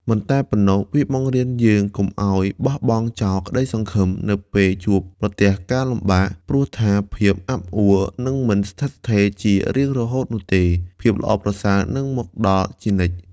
មិនតែប៉ុណ្ណោះ វាបង្រៀនយើងកុំឲ្យបោះបង់ចោលក្តីសង្ឃឹមនៅពេលជួបប្រទះការលំបាក ព្រោះថាភាពអាប់អួរនឹងមិនស្ថិតស្ថេរជារៀងរហូតនោះទេ ភាពល្អប្រសើរនឹងមកដល់ជានិច្ច។